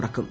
തുറക്കും